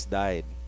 died